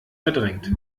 verdrängt